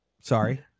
Sorry